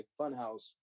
Funhouse